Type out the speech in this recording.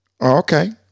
Okay